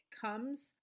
comes